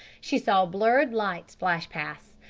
she saw blurred lights flash past,